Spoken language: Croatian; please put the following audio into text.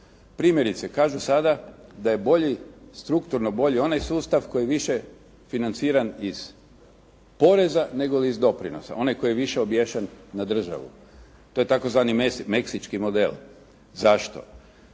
Primjerice kažu sada da je strukturno bolji onaj sustav koji je više financiran iz poreza nego iz doprinosa, onaj koji je više obješen na državu. To je tzv. meksički model. Zašto?